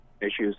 issues